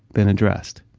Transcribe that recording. been addressed.